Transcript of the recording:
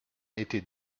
était